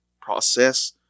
process